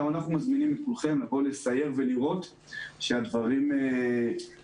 גם אנחנו מזמינים את כולכם לסייר ולראות שהדברים מתבצעים.